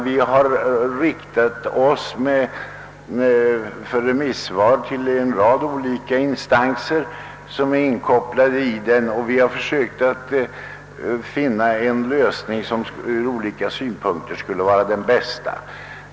För att erhålla remissutlåtanden har vi vänt oss till en rad olika instanser, och vi har försökt finna den lösning som ur olika synpunkter skulle vara den bästa.